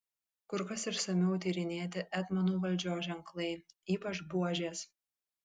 kur kas išsamiau tyrinėti etmonų valdžios ženklai ypač buožės